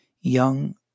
young